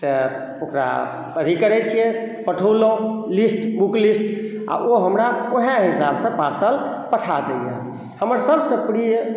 से ओकरा अथी करै छियै पठोलहुॅं बुक लिस्ट आ ओ हमरा वएह हिसाब सॅं पार्सल पठा दैया हमर सबसे प्रिय